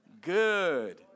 good